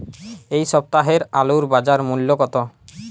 এ সপ্তাহের আলুর বাজার মূল্য কত?